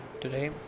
today